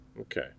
Okay